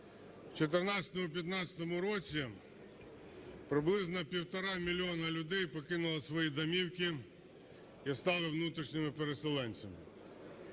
В 2014-2015 році приблизно півтора мільйона людей покинуло свої домівки і стали внутрішніми переселенцями.